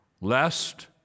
Lest